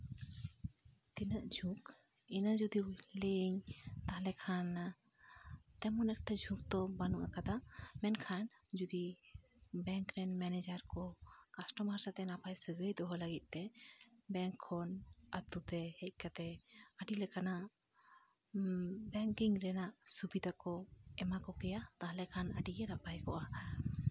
ᱛᱤᱱᱟᱹᱜ ᱡᱷᱩᱠ ᱤᱱᱟᱹ ᱡᱩᱫᱤ ᱞᱟᱹᱭᱟᱹᱧ ᱛᱟᱦᱞᱮ ᱠᱷᱟᱱ ᱛᱮᱢᱚᱱ ᱮᱠᱴᱟ ᱡᱷᱩᱠ ᱫᱚ ᱵᱟᱹᱱᱩᱜ ᱠᱟᱫᱟ ᱢᱮᱱᱠᱷᱟᱱ ᱡᱩᱫᱤ ᱵᱮᱝᱠ ᱨᱮᱱ ᱢᱮᱱᱮᱡᱟᱨ ᱠᱚ ᱠᱟᱥᱴᱚᱢᱟᱨ ᱥᱟᱛᱮᱜ ᱱᱟᱯᱟᱭ ᱥᱟᱹᱜᱟᱹᱭ ᱫᱚᱦᱚ ᱞᱟᱹᱜᱤᱫ ᱛᱮ ᱵᱮᱝᱠ ᱠᱷᱚᱱ ᱟᱹᱛᱩ ᱛᱮ ᱦᱮᱡ ᱠᱟᱛᱮᱫ ᱟᱹᱰᱤ ᱞᱮᱠᱟᱱᱟᱜ ᱵᱮᱝᱠᱤᱝ ᱨᱮᱱᱟᱜ ᱥᱩᱵᱤᱫᱷᱟ ᱠᱚ ᱮᱢᱟ ᱠᱚᱜᱮᱭᱟ ᱛᱟᱦᱞᱮ ᱠᱷᱟᱱ ᱟᱹᱰᱤᱜᱮ ᱱᱟᱯᱟᱭ ᱠᱚᱜᱼᱟ